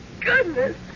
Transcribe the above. goodness